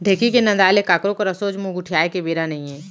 ढेंकी के नंदाय ले काकरो करा सोझ मुंह गोठियाय के बेरा नइये